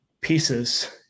pieces